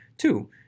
Two